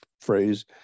phrase